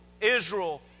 Israel